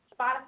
Spotify